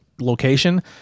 location